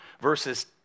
verses